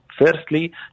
firstly